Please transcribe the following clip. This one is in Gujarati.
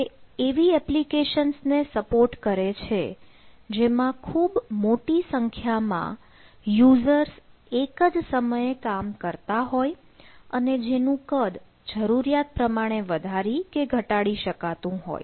તે એવી એપ્લિકેશન્સને સપોર્ટ કરે છે જેમાં ખૂબ મોટી સંખ્યામાં યુઝર્સ એક જ સમયે કામ કરતા હોય અને જેનું કદ જરૂરિયાત પ્રમાણે વધારી કે ઘટાડી શકાતું હોય